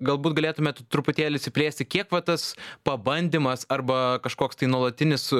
galbūt galėtumėt truputėlį išsiplėsti kiek pabandymas arba kažkoks tai nuolatinis